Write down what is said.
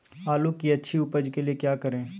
आलू की अच्छी उपज के लिए क्या करें?